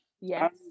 Yes